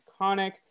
iconic